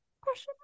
Question